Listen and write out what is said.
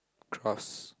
crust